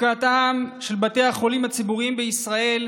מצוקתם של בתי החולים הציבוריים בישראל.